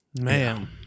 Man